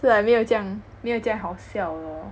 so like 没有这样没有这样好笑的 lor